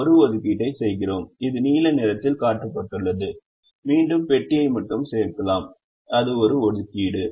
நாம் ஒரு ஒதுக்கீட்டை செய்கிறோம் இது நீல நிறத்தில் காட்டப்பட்டுள்ளது மீண்டும் பெட்டியை மட்டும் சேர்க்கலாம் அது ஒரு ஒதுக்கீடு